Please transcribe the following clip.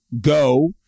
go